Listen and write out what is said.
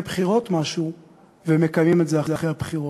בחירות משהו ומקיימים אותו אחרי הבחירות.